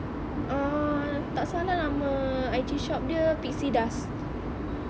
uh tak salah nama I_G shop dia pixie dust